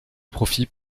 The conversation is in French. profit